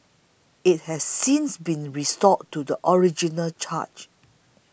it has since been restored to the original charge